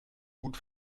gut